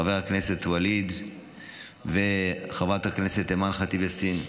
לחבר הכנסת ואליד ולחברת הכנסת אימאן ח'טיב יאסין.